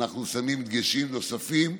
אנחנו שמים דגשים נוספים,